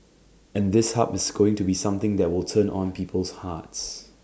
and this hub is going to be something that will turn on people's hearts